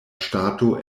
ŝtato